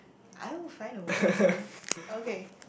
I will find a way honey okay